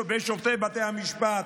בשופטי בתי המשפט,